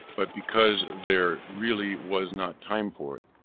but because there really was not time for it.